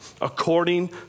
according